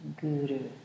Guru